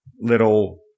little